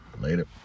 Later